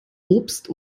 obst